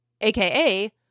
aka